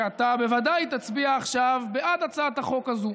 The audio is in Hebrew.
שאתה בוודאי תצביע עכשיו בעד הצעת החוק הזו,